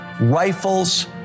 rifles